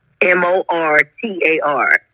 M-O-R-T-A-R